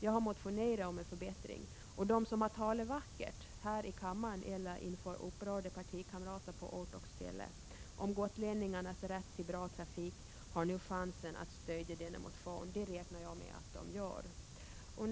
Jag har motionerat om en förbättring, och de som har talat vackert, här i kammaren eller inför upprörda partikamrater på ort och ställe, om gotlänningarnas rätt till bra trafik har nu chansen att stödja denna motion. Det räknar jag med att de gör.